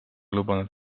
lubanud